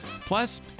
Plus